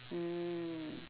mm